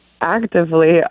actively